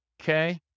Okay